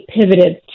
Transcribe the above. pivoted